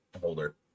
holder